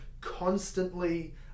constantly